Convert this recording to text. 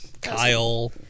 Kyle